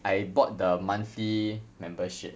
I bought the monthly membership